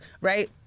right